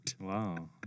wow